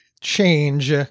change